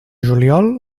juliol